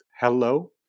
Hello